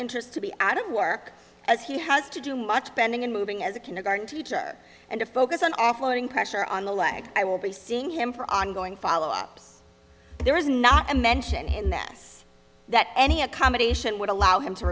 interest to be out of work as he has to do much bending and moving as a kindergarten teacher and to focus on offloading pressure on the leg i will be seeing him for ongoing follow ups there is not a mention in that this that any accommodation would allow him to